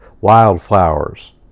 wildflowers